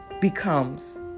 becomes